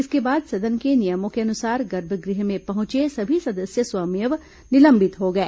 इसके बाद सदन के नियमों के अनुसार गर्भगृह में पहेंचे सभी सदस्य स्वमेव निलंबित हो गए